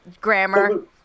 grammar